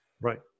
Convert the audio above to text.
Right